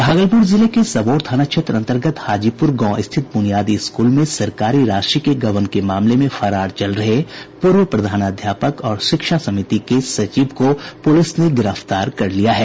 भागलपुर जिले के सबौर थाना क्षेत्र अन्तर्गत हाजीपुर गांव स्थित बुनियादी स्कूल में सरकारी राशि के गबन के मामले में फरार चल रहे पूर्व प्रधानाध्यापक और शिक्षा समिति के सचिव को पुलिस ने गिरफ्तार कर लिया है